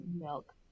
Milk